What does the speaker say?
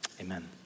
Amen